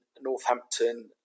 Northampton